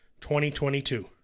2022